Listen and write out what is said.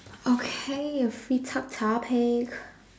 okay a feet up topic